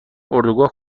اردوگاه